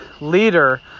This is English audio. leader